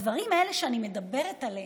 הדברים האלה שאני מדברת עליהם,